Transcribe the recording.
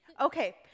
Okay